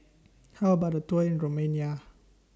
How about A Tour in Romania